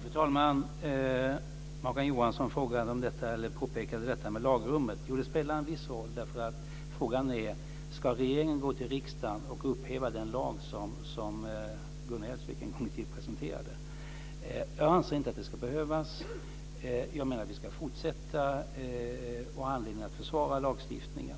Fru talman! Morgan Johansson påpekade detta med lagrummet. Jo, det spelar en viss roll, därför att frågan är om regeringen ska gå till riksdagen och upphäva den lag som Gun Hellsvik en gång i tiden presenterade. Jag anser inte att det ska behövas. Vi ska fortsätta och har anledning att försvara lagstiftningen.